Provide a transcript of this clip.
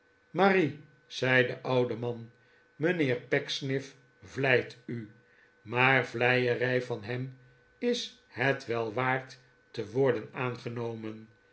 marie zei de oude man mijnheer pecksniff vleit u maar vleierij van hem is het wel waard te worden aangenomen